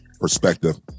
perspective